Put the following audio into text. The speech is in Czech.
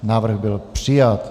Návrh byl přijat.